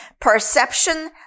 Perception